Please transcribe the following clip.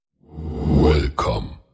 Welcome